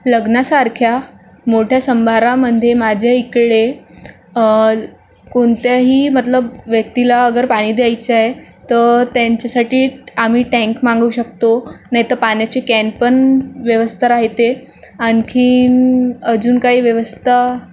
लग्नासारख्या मोठ्या संभारामध्ये माझ्या इकडे कोणत्याही मतलब व्यक्तीला अगर पाणी द्यायचं आहे तर त्यांच्यासाठी आम्ही टॅंक मागवू शकतो नाही तर पाण्याची कॅन पण व्यवस्था राहीत्ये आणखीन अजुन काही व्यवस्था